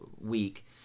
week